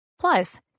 Plus